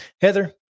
Heather